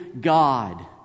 God